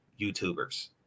YouTubers